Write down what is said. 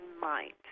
mind